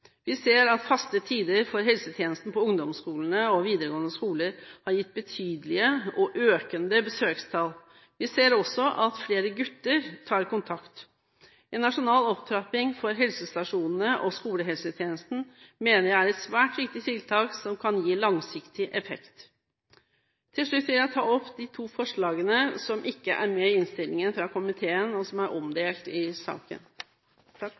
Vi ser at faste tider for helsetjenesten på ungdomsskolene og videregående skoler har gitt betydelige og økende besøkstall. Vi ser også at flere gutter tar kontakt. En nasjonal opptrapping for helsestasjonene og skolehelsetjenesten mener jeg er et svært viktig tiltak som kan gi langsiktig effekt. Til slutt vil jeg ta opp de to forslagene som er omdelt i